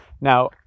Now